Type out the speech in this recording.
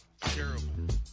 Terrible